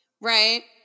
right